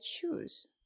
choose